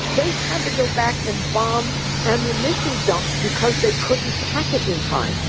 they had to go back and bomb ammunition dumps because they couldn't pack it in time.